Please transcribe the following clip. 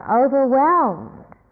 overwhelmed